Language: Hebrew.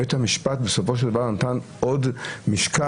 בית המשפט בסופו של דבר נתן עוד משקל,